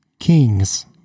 Kings